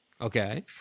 Okay